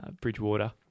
Bridgewater